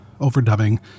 overdubbing